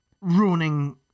ruining